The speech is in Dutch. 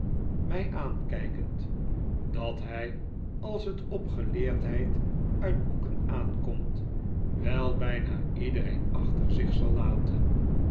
mij aankijkend dat hij als het op geleerdheid uit boeken aankomt wel bijna iedereen achter zich zal laten